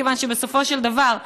מכיוון שבסופו של דבר,